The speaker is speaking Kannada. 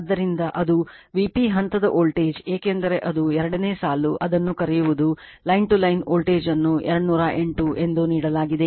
ಆದ್ದರಿಂದ ಅದು VP ಹಂತದ ವೋಲ್ಟೇಜ್ ಏಕೆಂದರೆ ಅದು 2 ನೇ ಸಾಲು ಅದನ್ನು ಕರೆಯುವುದು ಲೈನ್ ಟು ಲೈನ್ ವೋಲ್ಟೇಜ್ ಅನ್ನು 208 ಎಂದು ನೀಡಲಾಗಿದೆ